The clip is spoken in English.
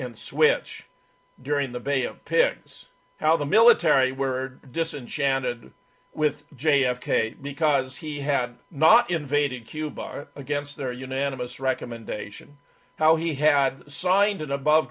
and switch during the bay of pigs how the military were disenchanted with j f k because he had not invaded cuba against their unanimous recommendation how he had signed an above